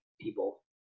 people